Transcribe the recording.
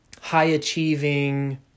high-achieving